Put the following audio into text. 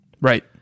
Right